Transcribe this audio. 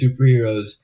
superheroes